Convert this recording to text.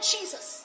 Jesus